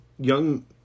young